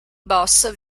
boss